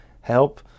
help